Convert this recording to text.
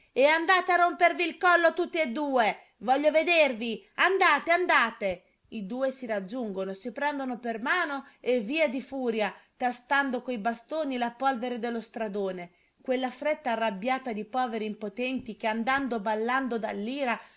e andate a rompervi il collo tutt'e due voglio vedervi andate andate i due si raggiungono si prendono per mano e via di furia tastando coi bastoni la polvere dello stradone quella fretta arrabbiata di poveri impotenti che andando ballano